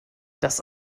das